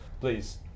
Please